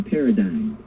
Paradigm